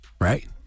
right